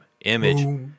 Image